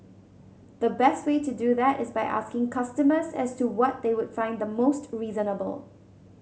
the best way to do that is by asking customers as to what they would find the most reasonable